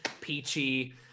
peachy